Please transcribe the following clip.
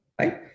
right